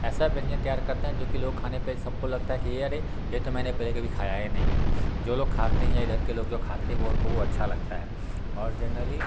ऐसा व्यंजन तैयार करते हैं जो कि लोग खाने पे सबको लगता है कि अरे यह तो मैंने पहले कभी खाया ही नहीं है जो लोग खाते हैं इधर के लोग जो खाते है वो उनको वो अच्छा लगता है और जेनरली